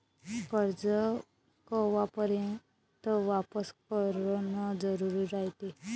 कर्ज कवापर्यंत वापिस करन जरुरी रायते?